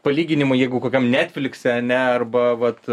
palyginimui jeigu kokiam netflikse ane arba vat